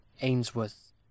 Ainsworth